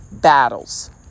battles